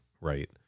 right